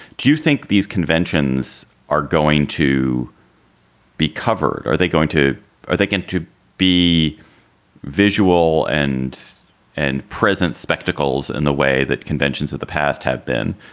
do you think these conventions are going to be covered or are they going to are they going to be visual and and present spectacles in the way that conventions of the past have been?